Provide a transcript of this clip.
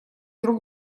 друг